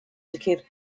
sicr